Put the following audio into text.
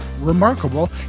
remarkable